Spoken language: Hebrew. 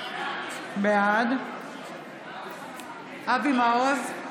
בעד אבי מעוז,